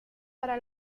para